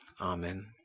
Amen